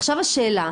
עכשיו השאלה,